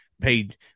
Paid